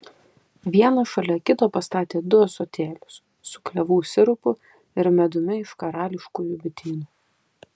vieną šalia kito pastatė du ąsotėlius su klevų sirupu ir medumi iš karališkųjų bitynų